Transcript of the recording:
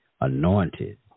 anointed